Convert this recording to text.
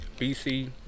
BC